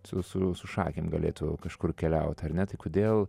su su su šakėm galėtų kažkur keliauti ar ne tai kodėl